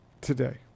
today